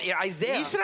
Isaiah